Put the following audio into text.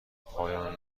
پایان